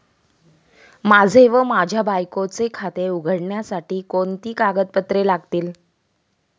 माझे व माझ्या बायकोचे खाते उघडण्यासाठी कोणती कागदपत्रे लागतील?